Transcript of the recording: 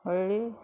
ಹೊಳ್ಳಿ